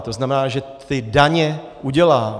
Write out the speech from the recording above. To znamená, že daně udělá.